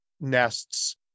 nests